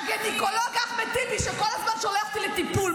הגינקולוג אחמד טיבי, שכל הזמן שולח אותי לטיפול.